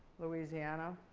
louisiana.